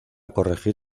corregir